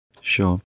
sure